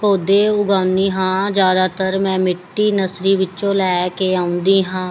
ਪੌਦੇ ਉਗਾਉਂਦੀ ਹਾਂ ਜ਼ਿਆਦਾਤਰ ਮੈਂ ਮਿੱਟੀ ਨਰਸਰੀ ਵਿੱਚੋਂ ਲੈ ਕੇ ਆਉਂਦੀ ਹਾਂ